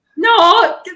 No